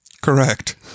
Correct